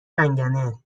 منگنه